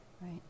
Right